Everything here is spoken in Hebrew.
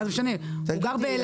מה הוא יעשה כשהוא גר באילת?